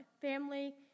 family